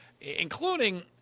including